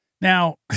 Now